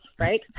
right